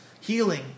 healing